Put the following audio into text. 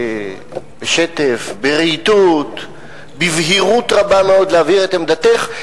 בשטף, ברהיטות, בבהירות רבה מאוד להבהיר את עמדתך.